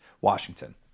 Washington